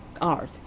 art